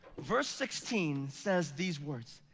verse sixteen says these words.